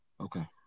Okay